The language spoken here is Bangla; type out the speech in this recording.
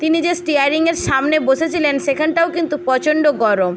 তিনি যে স্টিয়ারিংয়ের সামনে বসেছিলেন সেখানটাও কিন্তু প্রচণ্ড গরম